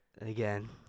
again